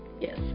Yes